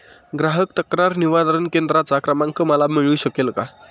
ग्राहक तक्रार निवारण केंद्राचा क्रमांक मला मिळू शकेल का?